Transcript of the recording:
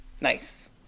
Nice